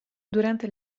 durante